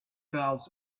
clouds